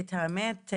את האמת,